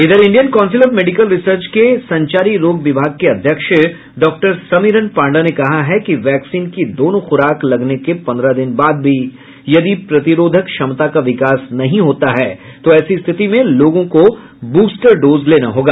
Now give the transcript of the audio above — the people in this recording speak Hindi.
इधर Indian council of medical research के संचारी रोग विभाग के अध्यक्ष डॉक्टर समिरन पांडा ने कहा है कि वैक्सीन की दोनों खुराक लगने के पन्द्रह दिन बाद भी यदि प्रतिरोधक क्षमता का विकास नहीं होता है तो ऐसी स्थिति में लोगों को बूस्टर डोज लेना होगा